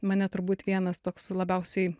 mane turbūt vienas toks labiausiai